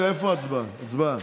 הצבעה.